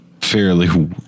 fairly